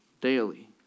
daily